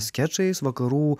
skečais vakarų